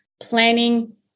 planning